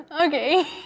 Okay